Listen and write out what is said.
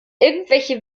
irgendwelche